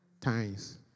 times